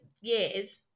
years